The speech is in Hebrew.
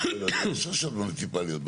יש שם רשויות מוניציפליות.